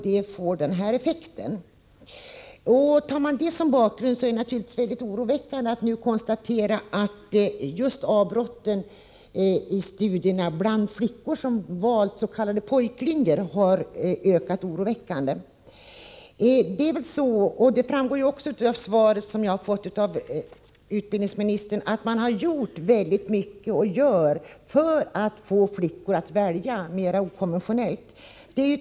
Mot den bakgrunden är det naturligtvis mycket oroväckande att studieavbrotten bland flickor som valt s.k. pojklinjer har ökat betydligt. Som framgår av utbildningsministerns svar görs det och har gjorts mycket för att få flickor att välja mera okonventionellt.